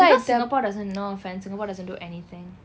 because singapore doesn't no offence singapore doesn't do anything